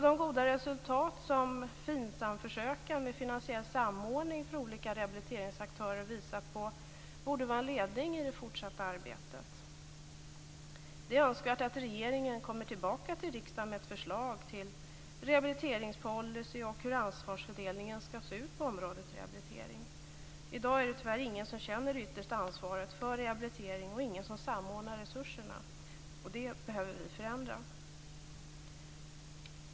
Det goda resultat som FINSAM-försöken, med finansiell samordning mellan olika rehabiliteringsaktörer, visat på borde vara till ledning i det fortsatta arbetet. Det är önskvärt att regeringen kommer tillbaka till riksdagen med ett förslag till rehabiliteringspolicy och hur ansvarsfördelningen skall se ut på området rehabilitering. I dag är det tyvärr ingen som känner det yttersta ansvaret för rehabilitering och ingen som samordnar resurserna, och det behöver vi förändra.